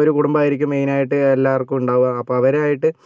ഒരു കുടുംബമായിരിക്കും മെയ്നായിട്ട് എല്ലാവർക്കും ഉണ്ടാവുക അപ്പം അവരായിട്ട്